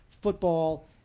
football